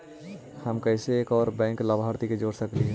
हम कैसे एक और बैंक लाभार्थी के जोड़ सकली हे?